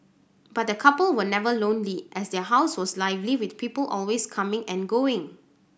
but the couple were never lonely as their house was lively with people always coming and going